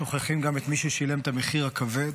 שוכחים גם את מי ששילם את המחיר הכבד.